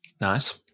Nice